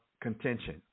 contention